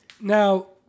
Now